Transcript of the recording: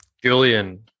Julian